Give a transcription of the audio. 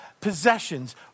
possessions